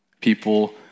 People